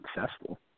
successful